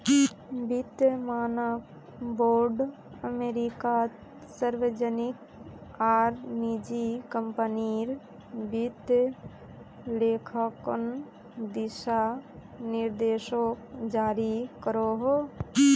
वित्तिय मानक बोर्ड अमेरिकात सार्वजनिक आर निजी क्म्पनीर वित्तिय लेखांकन दिशा निर्देशोक जारी करोहो